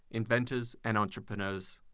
inventors and entrepreneurs